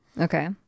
Okay